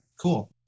Cool